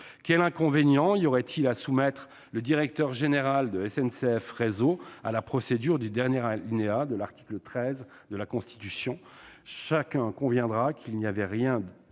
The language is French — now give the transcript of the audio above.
Quel inconvénient y aurait-il à soumettre le directeur général de SNCF Réseau à la procédure du dernier alinéa de l'article 13 de la Constitution ? Chacun conviendra qu'il n'y avait rien